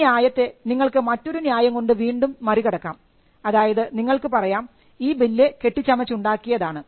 ഈ ന്യായത്തെ നിങ്ങൾക്ക് മറ്റൊരു ന്യായം കൊണ്ട് വീണ്ടും മറികടക്കാം അതായത് നിങ്ങൾക്ക് പറയാം ഈ ബില്ല് കെട്ടിച്ചമച്ചുണ്ടാക്കിയതാണ്